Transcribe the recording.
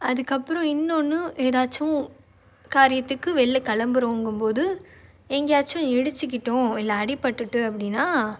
அதுக்கப்புறோம் இன்னொன்றும் ஏதாச்சும் காரியத்துக்கு வெளில கிளம்புறோங்கும்போது எங்கேயாச்சும் இடிச்சுக்கிட்டோம் இல்லை அடிபட்டுட்டு அப்படின்னா